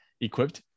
equipped